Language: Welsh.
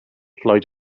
lloyd